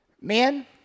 Men